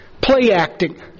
play-acting